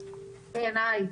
הבנתי,